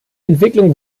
entwicklung